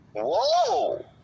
Whoa